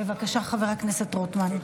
בבקשה, חבר הכנסת רוטמן.